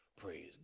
Praise